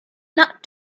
not